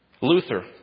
Luther